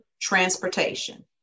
transportation